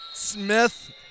Smith